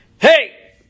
hey